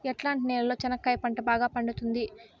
ఎట్లాంటి నేలలో చెనక్కాయ పంట బాగా పండుతుంది?